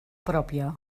pròpia